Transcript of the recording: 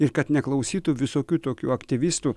ir kad neklausytų visokių tokių aktyvistų